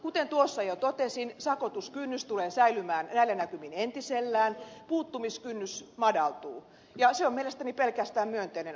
kuten tuossa jo totesin sakotuskynnys tulee säilymään näillä näkymin entisellään puuttumiskynnys madaltuu ja se on mielestäni pelkästään myönteinen asia